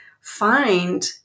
find